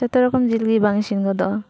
ᱡᱚᱛᱚ ᱨᱚᱠᱚᱢ ᱡᱤᱞ ᱜᱮ ᱵᱟᱝ ᱤᱥᱤᱱ ᱜᱚᱫᱚᱜᱼᱟ